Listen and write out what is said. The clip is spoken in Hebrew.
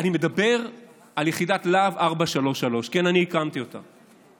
אני מדבר על יחידת להב 433. כן, אני הקמתי אותה.